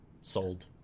Sold